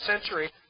century